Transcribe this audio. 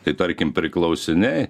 tai tarkim priklausiniai